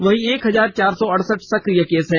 इनमे एक हजार चार सौ अड़सठ सक्रिय केस हैं